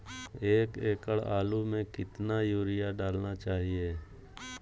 एक एकड़ आलु में कितना युरिया डालना चाहिए?